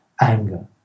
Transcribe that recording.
anger